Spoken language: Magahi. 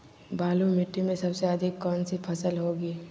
बालू मिट्टी में सबसे अधिक कौन सी फसल होगी?